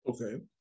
okay